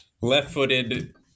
Left-footed